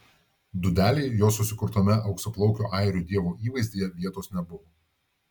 dūdelei jos susikurtame auksaplaukio airių dievo įvaizdyje vietos nebuvo